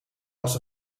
als